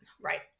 right